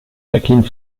jacqueline